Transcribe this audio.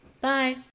Bye